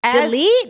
delete